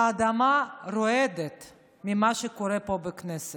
האדמה רועדת ממה שקורה פה בכנסת.